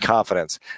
confidence